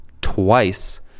twice